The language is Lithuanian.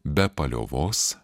be paliovos